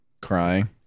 crying